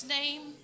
name